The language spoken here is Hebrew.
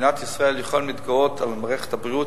במדינת ישראל יכולים להתגאות במערכת הבריאות,